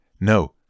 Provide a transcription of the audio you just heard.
No